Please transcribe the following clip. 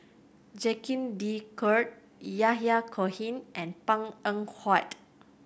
Jacques De Coutre Yahya Cohen and Png Eng Huat